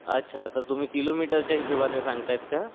अच्छा तर तुम्ही किलोमीटरच्या हिशोबाने सांगत आहेत का